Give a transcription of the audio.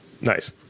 Nice